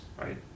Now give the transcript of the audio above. right